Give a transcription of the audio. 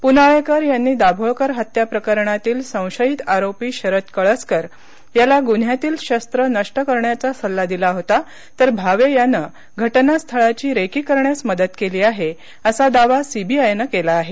पुनाळेकर यांनी दाभोलकर हत्या प्रकरणातील संशयीत आरोपी शरद कळसकर याला गुन्ह्यातील शस्त्र नष्ट करण्याचा सल्ला दिला होता तर भावे याने घटनास्थळाची रेकी करण्यास मदत केली आहे असा दावा सीबीआयने केला आहे